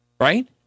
Right